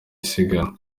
isiganwa